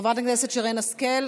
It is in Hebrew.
חברת הכנסת שרן השכל.